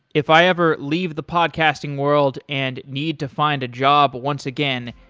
if i ever leave the podcasting world and need to find a job once again,